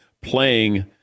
playing